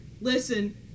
Listen